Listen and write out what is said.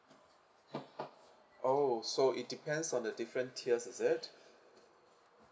oh so it depends on the different tiers is it